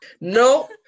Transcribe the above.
no